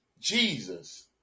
Jesus